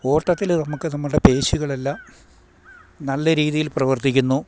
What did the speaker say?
ഓട്ടത്തില് നമുക്ക് നമ്മുടെ പേശികളെല്ലാം നല്ല രീതിയിൽ പ്രവർത്തിക്കുന്നു